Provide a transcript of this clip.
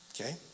Okay